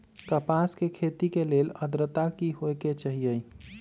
कपास के खेती के लेल अद्रता की होए के चहिऐई?